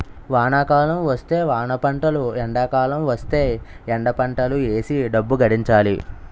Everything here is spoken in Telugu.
వానాకాలం వస్తే వానపంటలు ఎండాకాలం వస్తేయ్ ఎండపంటలు ఏసీ డబ్బు గడించాలి